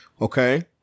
Okay